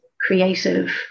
creative